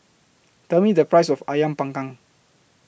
Tell Me The Price of Ayam Panggang